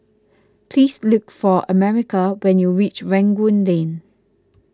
please look for America when you reach Rangoon Lane